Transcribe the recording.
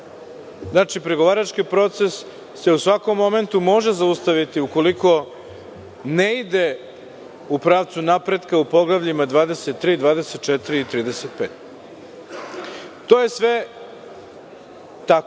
Znači, pregovarački proces se u svakom momentu može zaustaviti ukoliko ne ide u pravcu napretka u poglavljima 23, 24. i 35. To je sve tako. Sa